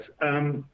Yes